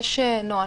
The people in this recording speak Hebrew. יש נוהל.